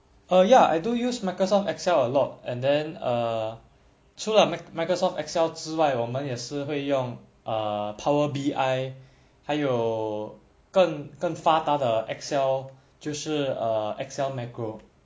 err ya I do use microsoft excel a lot and then err 除了 microsoft excel 之外我们也是会用 err power B_I 还有更更发达的 excel 就是 err excel macro